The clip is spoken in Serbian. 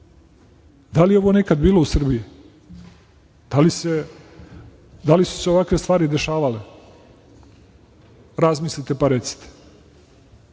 li je ovo nekad bilo u Srbiji? Da li su se ovakve stvari dešavale, razmilite pa recite,